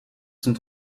sont